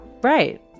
right